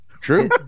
True